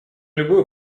любую